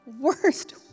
worst